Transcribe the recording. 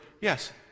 Yes